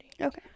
okay